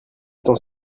temps